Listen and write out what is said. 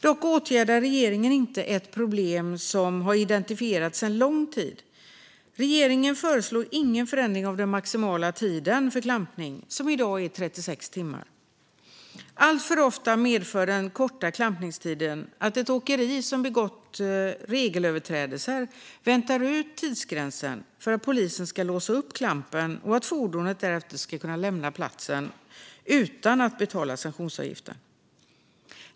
Dock åtgärdar regeringen inte ett problem som är identifierat sedan lång tid tillbaka. Regeringen föreslår ingen förändring av den maximala tiden för klampning, som i dag är 36 timmar. Alltför ofta medför den korta klampningstiden att ett åkeri som begått regelöverträdelser väntar ut tidsgränsen för att polisen ska låsa upp klampen och fordonet därefter ska kunna lämna platsen utan att betala sanktionsavgiften.